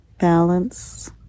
Balance